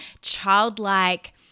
childlike